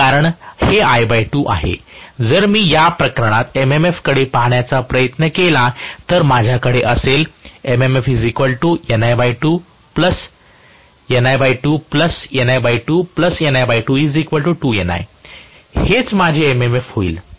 आणि कारण हे I2 आहे जर मी या प्रकरणात MMFकडे पाहण्याचा प्रयत्न केला तर माझ्याकडे असेल हेच माझे MMF होईल